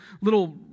little